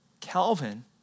Calvin